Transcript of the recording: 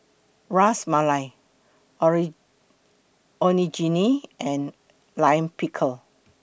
Ras Malai Onigiri and Lime Pickle